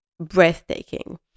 breathtaking